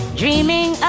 dreaming